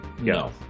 no